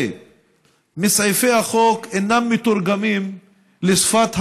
מסעיפי החוק אינם מתורגמים לשפת המעשה.